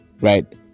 right